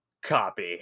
copy